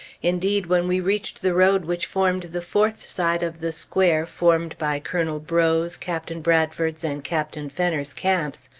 indeed, when we reached the road which formed the fourth side of the square formed by colonel breaux's, captain bradford's, and captain fenner's camps,